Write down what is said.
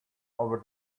over